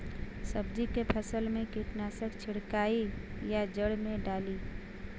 सब्जी के फसल मे कीटनाशक छिड़काई या जड़ मे डाली?